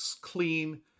clean